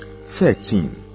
Thirteen